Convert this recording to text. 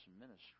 ministry